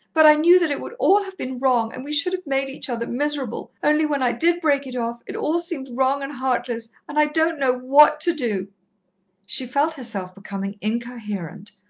but i knew that it would all have been wrong, and we should have made each other miserable. only when i did break it off, it all seemed wrong and heartless, and i don't know what to do she felt herself becoming incoherent,